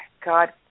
God